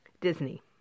Disney